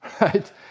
right